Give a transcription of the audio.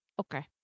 Okay